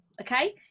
okay